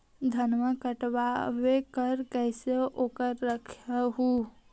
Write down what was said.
धनमा कटबाकार कैसे उकरा रख हू?